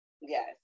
Yes